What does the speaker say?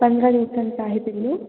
पंधरा दिवसांचं आहे पिल्लू